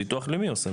ביטוח לאומי עושה מבחן.